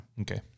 Okay